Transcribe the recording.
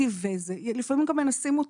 לפעמים גם מנסים אותי.